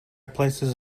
places